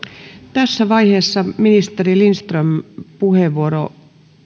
tässä vaiheessa ministeri lindströmin puheenvuoro